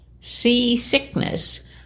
seasickness